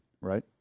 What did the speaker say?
right